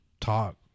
talk